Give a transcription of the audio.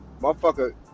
motherfucker